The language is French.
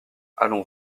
allons